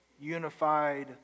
unified